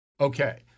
Okay